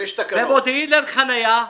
במודיעין אין חניה,